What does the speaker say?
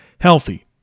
healthy